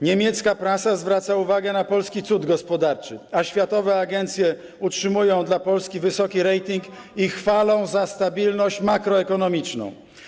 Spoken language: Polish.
Niemiecka prasa zwraca uwagę na polski cud gospodarczy, a światowe agencje utrzymują dla Polski wysoki rating i chwalą za stabilność makroekonomiczną.